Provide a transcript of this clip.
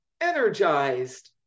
energized